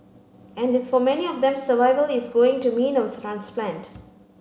and for many of them survival is going to mean of transplant